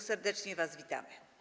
Serdecznie was witamy.